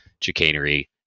chicanery